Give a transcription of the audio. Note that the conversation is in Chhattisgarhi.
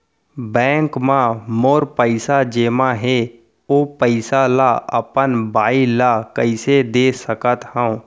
बैंक म मोर पइसा जेमा हे, ओ पइसा ला अपन बाई ला कइसे दे सकत हव?